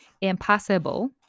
impossible